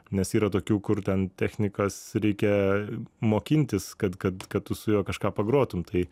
nes yra tokių kur ten technikas reikia mokintis kad kad kad tu su juo kažką pagrotum tai